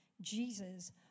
Jesus